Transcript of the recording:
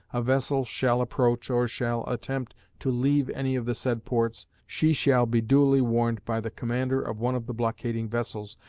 a vessel shall approach or shall attempt to leave any of the said ports, she shall be duly warned by the commander of one of the blockading vessels,